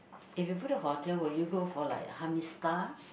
if you book the hotel will you go for like how many star